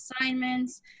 assignments